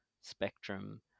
spectrum